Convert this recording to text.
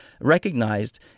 recognized